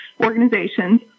organizations